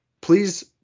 Please